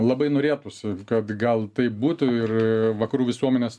labai norėtųsi kad gal taip būtų ir vakarų visuomenės